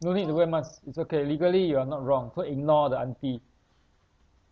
no need to wear mask it's okay legally you are not wrong so ignore the auntie